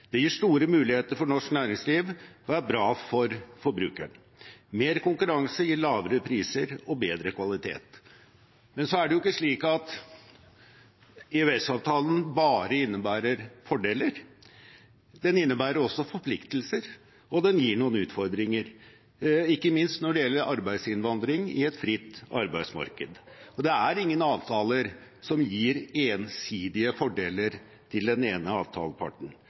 Det gir store muligheter for norsk næringsliv og er bra for forbrukeren. Mer konkurranse gir lavere priser og bedre kvalitet. Men så er det ikke slik at EØS-avtalen bare innebærer fordeler. Den innebærer også forpliktelser, og den gir noen utfordringer – ikke minst når det gjelder arbeidsinnvandring i et fritt arbeidsmarked. Det er ingen avtaler som gir ensidige fordeler til den ene avtaleparten.